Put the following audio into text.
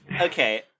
okay